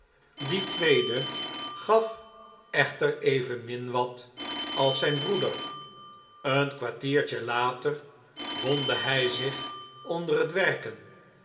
die tweede gaf echter evenmin wat als zijn broeder een kwartiertje later wondde hij zich onder het werken